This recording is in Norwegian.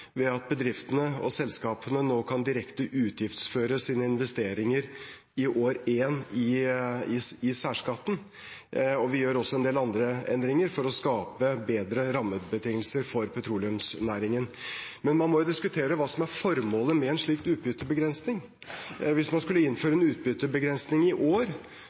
at bedriftene og selskapene nå kan direkte utgiftsføre sine investeringer i år én i særskatten. Vi gjør også en del andre endringer for å skape bedre rammebetingelser for petroleumsnæringen. Men man må jo diskutere hva som er formålet med en slik utbyttebegrensning. Hvis man skulle innføre en utbyttebegrensning i år,